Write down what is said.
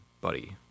buddy